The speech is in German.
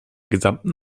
gesamten